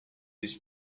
his